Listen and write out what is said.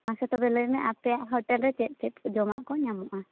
ᱢᱟᱥᱮ ᱛᱚᱵᱮ ᱞᱟᱹᱭᱢᱮ ᱟᱯᱮᱭᱟᱜ ᱦᱳᱴᱮᱞ ᱨᱮ ᱪᱮᱫ ᱪᱮᱫ ᱠᱚ ᱡᱚᱢᱟᱜ ᱠᱚ ᱧᱟᱢᱚᱜᱼᱟ